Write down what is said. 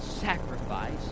sacrifice